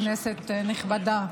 כנסת נכבדה,